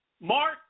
Mark